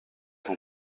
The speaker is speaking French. sont